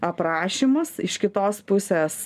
aprašymus iš kitos pusės